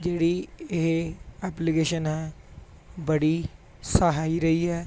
ਜਿਹੜੀ ਇਹ ਐਪਲੀਕੇਸ਼ਨ ਹੈ ਬੜੀ ਸਹਾਈ ਰਹੀ ਹੈ